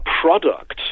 product